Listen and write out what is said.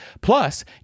Plus